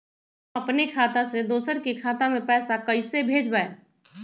हम अपने खाता से दोसर के खाता में पैसा कइसे भेजबै?